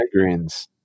migraines